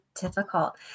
difficult